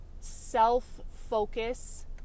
self-focus